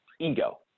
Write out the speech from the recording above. ego